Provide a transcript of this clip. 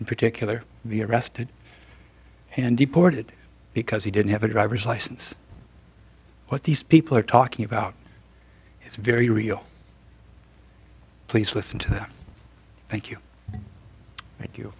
in particular be arrested and deported because he didn't have a driver's license what these people are talking about is very real please listen to thank you thank you